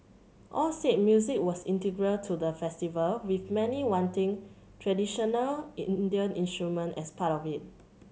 all said music was integral to the festival with many wanting traditional Indian instrument as part of it